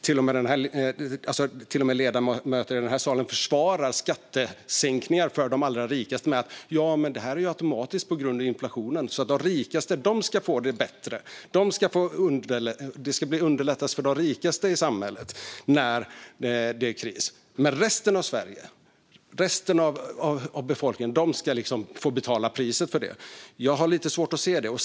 Till och med ledamöter i den här salen försvarar skattesänkningar för de allra rikaste med att det är automatiskt på grund av inflationen. De rikaste ska alltså få det bättre. Det ska underlättas för de rikaste i samhället när det är kris. Men resten av Sverige, resten av befolkningen, ska få betala priset för det. Jag har svårt att se det.